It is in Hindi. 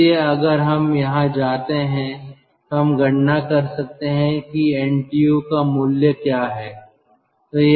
इसलिए अगर हम यहां आते हैं तो हम गणना कर सकते हैं कि NTU का मूल्य क्या है